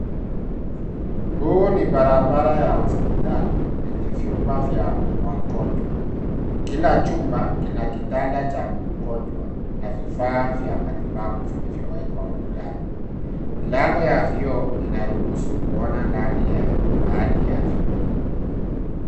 Huu ni barabara ya hospitali, yenye vyumba vya wagonjwa, kila chumba kina kitanda cha mgonjwa, na vifaa vya matibabu vilivyowekwa ukutani. Milango ya vioo, inaruhusu kuona ndani ya baadhi ya vyumba.